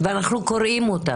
ואנחנו קוראים אותם.